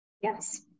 Yes